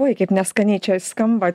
oi kaip neskaniai čia skamba